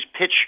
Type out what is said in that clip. pitch